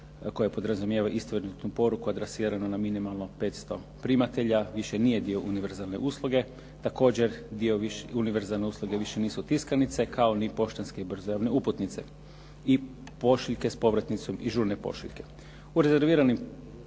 se ne razumije./… poruku adresirana na minimalno 500 primatelja više nije dio univerzalne usluge. Također dio univerzalne usluge više nisu tiskanice, kao ni poštanske brzojavne uputnice. I pošiljke s povratnicom, i žurne pošiljke.